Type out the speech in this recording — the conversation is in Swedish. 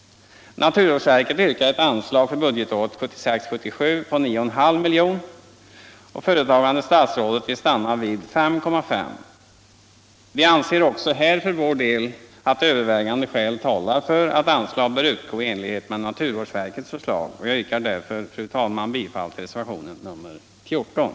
Naturvårdsverket yrkar på ett anslag för budgetåret 1976/77 på 9,5 milj.kr. Föredragande statsrådet vill stanna vid 5,5 milj.kr. Vi anser också här för vår del att övervägande skäl talar för att anslag bör utgå i enlighet med naturvårdsverkets förslag, och jag yrkar därför, fru talman, bifall till reservationen 14.